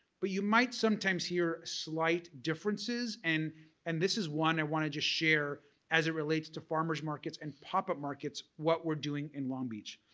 but you might sometimes hear slight differences and and this is one i want to just share as it relates to farmers markets and but markets what we're doing in long beach.